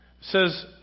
says